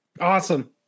Awesome